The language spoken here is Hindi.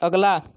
अगला